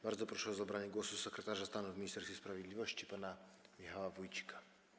Bardzo proszę o zabranie głosu sekretarza stanu w Ministerstwie Sprawiedliwości pana Michała Wójcika.